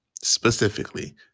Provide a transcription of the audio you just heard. specifically